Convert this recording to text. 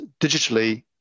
digitally